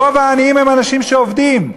רוב העניים הם אנשים שעובדים,